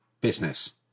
business